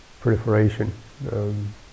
proliferation